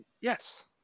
yes